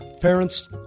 Parents